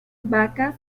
vacas